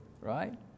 Right